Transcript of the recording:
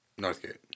Northgate